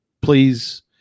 please